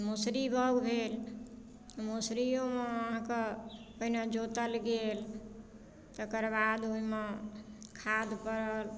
मसुरी बाउग भेल मसुरियोमे अहाँके पहिने जोतल गेल तकरबाद ओइमे खाद पड़ल